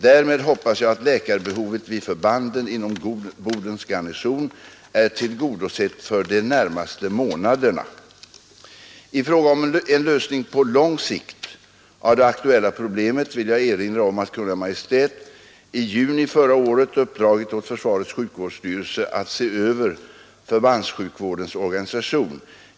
Därmed hoppas jag att läkarbehovet vid förbanden inom Bodens garnison är tillgodosett för de närmaste månaderna. I fråga om en lösning på lång sikt av det aktuella problemet vill jag erinra om att Kungl. Maj:t i juni 1972 uppdragit åt försvarets sjukvårdsstyrelse att se över förbandssjukvårdens organisation.